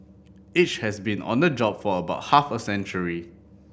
each has been on the job for about half a century